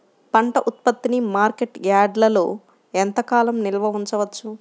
పంట ఉత్పత్తిని మార్కెట్ యార్డ్లలో ఎంతకాలం నిల్వ ఉంచవచ్చు?